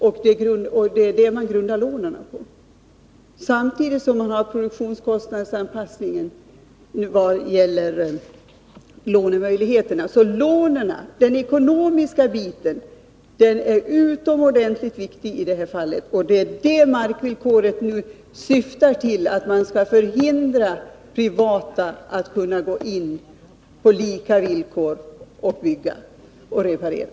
Det är det som man grundar lånen på, samtidigt som man har produktionskostnadsanpassningen i vad gäller lånemöjligheterna. Den ekonomiska biten är alltså utomordentligt viktig i det här fallet. Markvillkoret syftar till att förhindra privata byggare att på lika villkor kunna gå in och bygga och reparera.